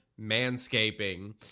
manscaping